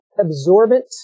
absorbent